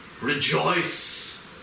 Rejoice